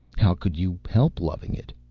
how could you help loving it?